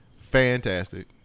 fantastic